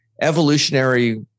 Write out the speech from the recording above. Evolutionary